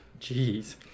jeez